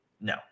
No